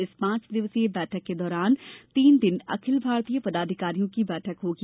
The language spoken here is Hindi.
इस पांच दिवसीय बैठक के दौरान तीन दिन अखिल भारतीय पदाधिकारियों की बैठक होगी